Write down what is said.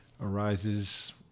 arises